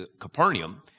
Capernaum